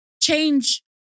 change